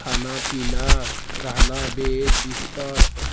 खाना पीना रहना बेड बिस्तर